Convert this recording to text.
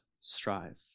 strive